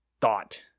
thought